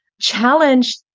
challenge